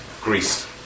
Greece